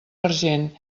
argent